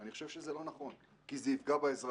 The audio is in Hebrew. אנחנו חושבים שזה לא נכון כי זה יפגע באזרח.